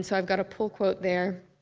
so i've got a pull quote there,